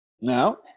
Now